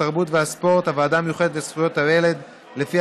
התרבות והספורט והוועדה המיוחדת לזכויות הילד לפי